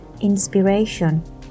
inspiration